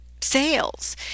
sales